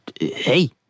hey